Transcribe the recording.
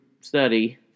study